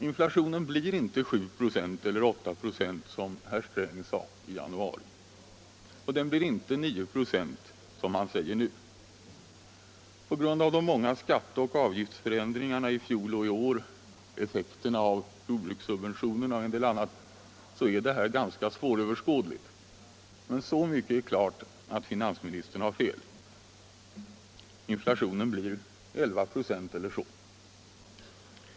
Inflationen i år blir inte 7 eller 8 96 som herr Sträng sade i januari, och den blir inte 9 96 som han säger nu. På grund av de många skatteoch avgiftsförändringarna i fjol och i år, effekterna av jordbrukssubventionerna och en del annat är detta ganska svåröverskådligt, men så mycket är klart att finansministern har fel. Inflationen blir 11 96 eller så.